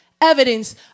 evidence